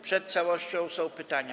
Przed całością są pytania.